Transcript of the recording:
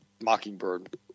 Mockingbird